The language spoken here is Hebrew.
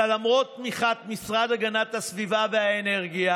אבל למרות תמיכת המשרד להגנת הסביבה והאנרגיה